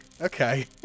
Okay